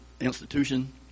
institution